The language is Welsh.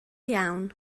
iawn